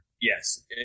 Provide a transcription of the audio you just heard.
Yes